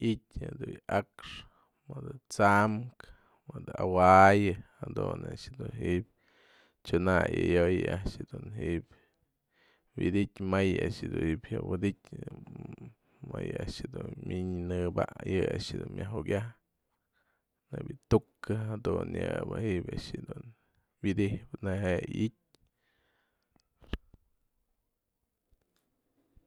i'itë mëdë bi'i akxë, bi'i t'samkë, mëdë awa'ay jadun a'ax dun ji'ib t'syanay isyo'oy a'ax dun ji'ip widtyë may a'ax dun ji'ip jya widtyë mayë a'ax dun minyan nëbä yë a'ax dun myajukiapë nebia yë tu'ukä jadun yë bë ji'ibyë a'ax dun widtyjpë nëjë i'itë.